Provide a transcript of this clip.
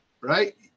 Right